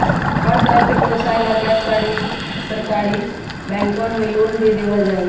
हर तरह के व्यवसाय ला गैर सरकारी बैंकवन मे लोन भी देवल जाहई